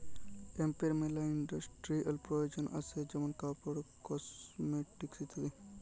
হেম্পের মেলা ইন্ডাস্ট্রিয়াল প্রয়জন আসে যেমন কাপড়, কসমেটিকস ইত্যাদি